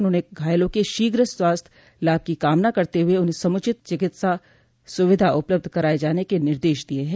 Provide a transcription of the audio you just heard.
उन्होंने घायलों के शीघ्र स्वास्थ्य लाभ की कामना करते हुए उन्हें समुचित चिकित्सा सुविधा उपलब्ध कराये जाने के निर्देश दिये हैं